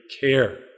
care